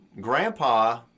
Grandpa